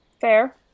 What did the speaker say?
Fair